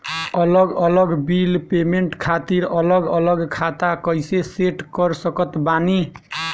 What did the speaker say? अलग अलग bill payment खातिर अलग अलग खाता कइसे सेट कर सकत बानी?